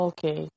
Okay